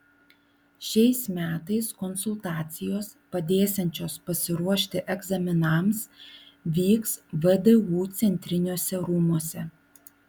šiais metais konsultacijos padėsiančios pasiruošti egzaminams vyks vdu centriniuose rūmuose